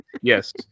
yes